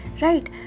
right